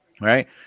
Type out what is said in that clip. right